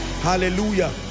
Hallelujah